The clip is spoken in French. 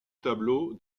tableau